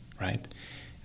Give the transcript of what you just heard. Right